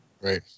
Right